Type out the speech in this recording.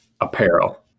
apparel